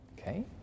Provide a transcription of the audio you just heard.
Okay